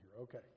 Okay